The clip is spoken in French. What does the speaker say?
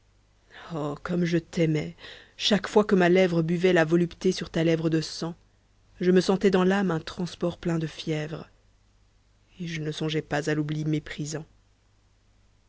oh comme je t'aimais chaque fois que ma lèvre buvait la volupté sur ta lèvre de sang je me sentais dans l'âme un transport plein de fièvre et je ne songeais pas à l'oubli méprisant